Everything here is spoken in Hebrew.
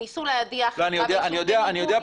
שניסו להדיח את רב יישוב.